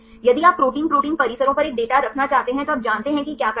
यदि आप protein protein परिसरों पर एक डेटा रखना चाहते हैं तो आप जानते हैं कि क्या करना है